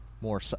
more